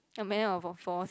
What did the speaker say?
a man out of four